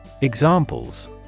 Examples